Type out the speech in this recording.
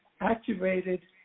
activated